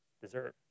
deserve